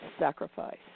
sacrifice